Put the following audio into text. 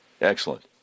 Excellent